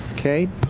okay,